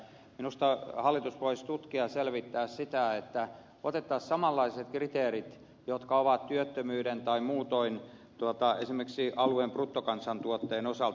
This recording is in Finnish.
minusta hallitus voisi tutkia ja selvittää sitä että otettaisiin samanlaiset kriteerit jotka ovat työttömyyden tai muutoin esimerkiksi alueen bruttokansantuotteen osalta